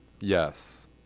Yes